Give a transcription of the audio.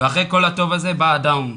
ואחרי כל הטוב הזה בא הדאון.